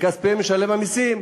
מכספי משלם המסים.